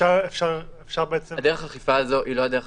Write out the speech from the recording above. דרך האכיפה הזאת היא לא הדרך